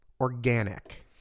organic